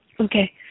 Okay